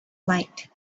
light